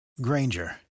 Granger